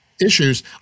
issues